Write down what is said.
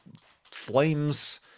flames